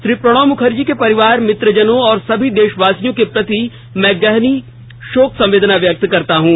श्री प्रणब मुखर्जी के परिवार मित्र जनों और सभी देशवासियों के प्रति मैं गहन शोक संवेदना व्यक्त करता हूँ